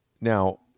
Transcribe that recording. Now